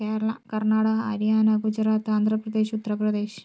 Kerala Karnataka Haryana Gujarat Andhra Pradesh Uttar Pradesh